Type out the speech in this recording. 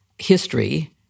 history